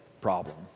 problem